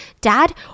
dad